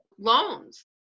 loans